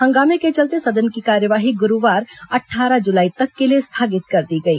हंगामे के चलते सदन की कार्यवाही गुरुवार अट्टारह जुलाई तक के लिए स्थगित कर दी गई